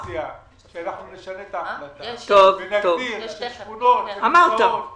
אני מציע שנשנה את ההחלטה ונגדיר את השכונות שנמצאות